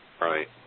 Right